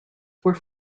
were